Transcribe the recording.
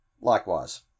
likewise